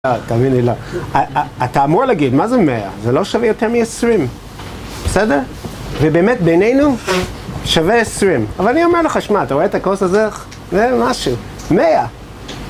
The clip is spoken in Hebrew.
אתה אמור להגיד מה זה מאה? זה לא שווה יותר מ-20, בסדר? ובאמת בינינו שווה 20, אבל אני אומר לך, שמע, אתה רואה את הקורס הזה? זה משהו, מאה.